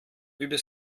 über